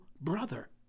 brother